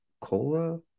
Cola